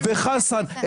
רבקה וחסן,